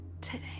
today